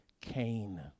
Cain